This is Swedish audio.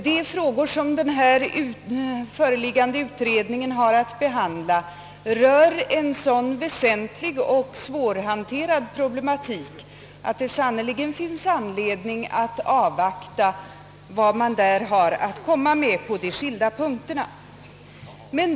De frågor som den föreliggande utredningen har att behandla rör en så väsentlig och svårhanterad problematik att det sannerligen finns anledning att avvakta vad den har att redovisa på de skilda punkterna.